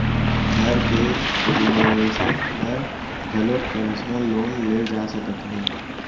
घर के रिनोवेसन बर घलोक परसनल लोन ले जा सकत हे